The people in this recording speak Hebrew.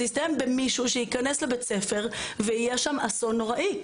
זה יסתיים במישהו שייכנס לבית ספר ויהיה שם אסון נוראי.